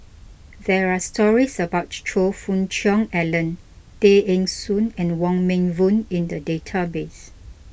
there are stories about Choe Fook Cheong Alan Tay Eng Soon and Wong Meng Voon in the database